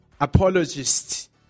apologist